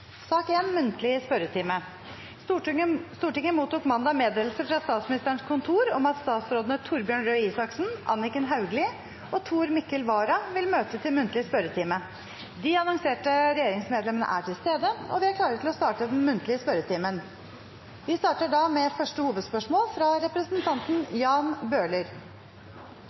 Stortinget mottok mandag meddelelse fra Statsministerens kontor om at statsrådene Torbjørn Røe Isaksen, Anniken Hauglie og Tor Mikkel Vara vil møte til muntlig spørretime. De annonserte regjeringsmedlemmene er til stede, og vi er klare til å starte den muntlige spørretimen. Vi starter da med første hovedspørsmål, fra representanten Jan Bøhler.